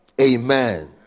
Amen